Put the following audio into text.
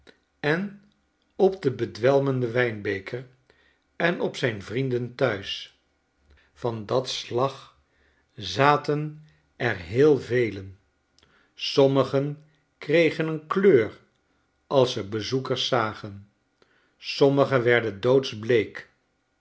en op den bedwelmenden wijnbeker en op zijn vrienden thuis van dat slag zaten er heel velen sommigen kregen een kleur als ze bezoekers zagen sommigen werden